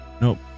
nope